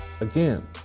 Again